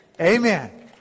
Amen